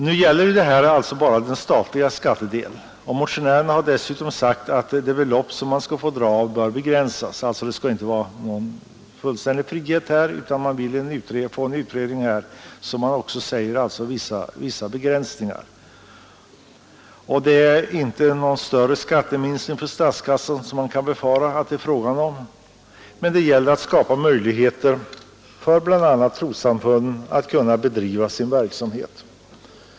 Nu gäller det bara den statliga skattedelen, och vi motionärer har dessutom sagt att det belopp som man skall få dra av bör begränsas. Det skall alltså inte vara någon fullständig frihet härvidlag, utan vi vill få till stånd en utredning om — såsom också framhålls i motionen — vissa begränsningar. Det är inte någon större skatteminskning för statskassan som kan befaras, men det gäller att skapa möjligheter för bl.a. trossamfunden att bedriva sin verksamhet.